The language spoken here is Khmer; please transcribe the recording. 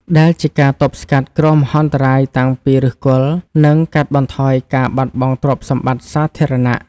ដែលជាការទប់ស្កាត់គ្រោះមហន្តរាយតាំងពីឫសគល់ និងកាត់បន្ថយការបាត់បង់ទ្រព្យសម្បត្តិសាធារណៈ។